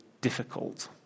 difficult